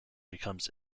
becomes